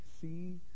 see